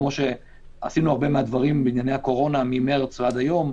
כמו שעשינו הרבה מאוד מהדברים בענייני קורונה ממרץ ועד היום,